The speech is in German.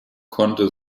konnte